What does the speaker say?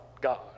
God